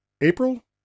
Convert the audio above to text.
April